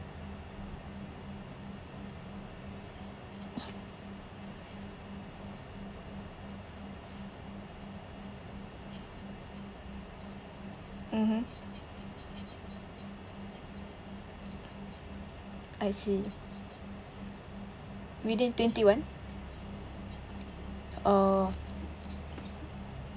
mmhmm I see within twenty-one oh